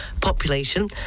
population